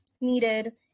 needed